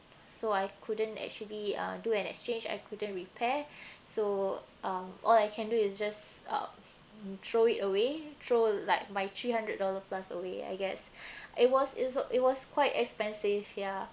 so I couldn't actually uh do an exchange I couldn't repair so um all I can do is just um throw it away throw like my three hundred dollar plus away I guess it was it was quite expensive yeah